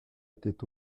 était